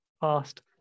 past